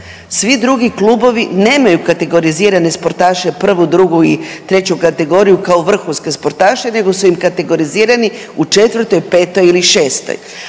svi drugi klubovi nemaju kategorizirane sportaše prvu, drugu i treću kategoriju kao vrhunske sportaše nego su im kategorizirani u četvrtoj, petoj ili šestoj.